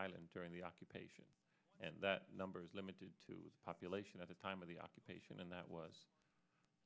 island during the occupation and that number is limited to a population at the time of the occupation and that was